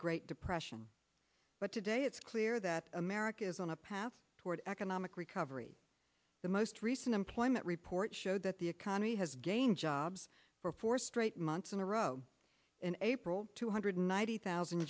great depression but today it's clear that america is on a path toward economic recovery the most recent employment report showed that the economy has gained jobs for four straight months in a row in april two hundred ninety thousand